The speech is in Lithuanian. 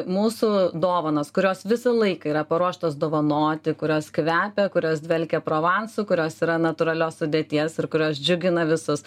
mūsų dovanos kurios visą laiką yra paruoštos dovanoti kurios kvepia kurios dvelkia provansu kurios yra natūralios sudėties ir kurios džiugina visus